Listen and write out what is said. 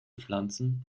pflanzen